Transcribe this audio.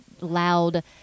loud –